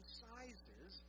sizes